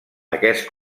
aquest